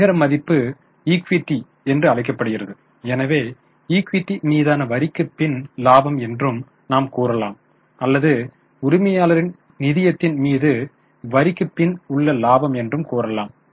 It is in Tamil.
நிகர மதிப்பு ஈக்விட்டி என்று அழைக்கப்படுகிறது எனவே ஈக்விட்டி மீதான வரிக்குப் பின் இலாபம் என்றும் நாம் கூறலாம் அல்லது உரிமையாளரின் நிதியத்தின் மீது வரிக்குப் பின் உள்ள லாபம் என்றும் கூறலாம்